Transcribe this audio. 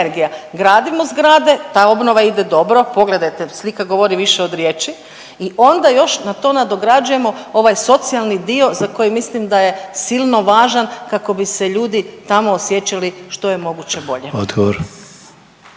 Gradimo zgrade, ta obnova ide dobro, pogledajte jer slika govori više od riječi i onda još na to nadograđujemo ovaj socijalni dio za koji mislim da je silno važan kako bi se ljudi tamo osjećali što je moguće bolje.